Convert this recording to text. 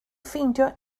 ffeindio